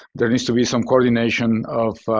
there needs to be some coordination of